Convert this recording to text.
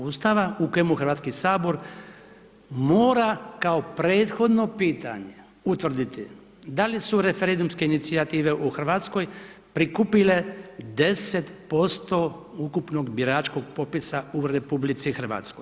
Ustava u kojemu HS mora kao prethodno pitanje utvrditi da li su referendumske inicijative u Hrvatskoj prikupile 10% ukupnog biračkog popisa u RH.